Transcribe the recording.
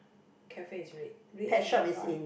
cafe is red red and white